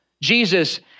Jesus